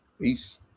Peace